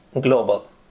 global